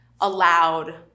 allowed